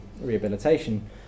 rehabilitation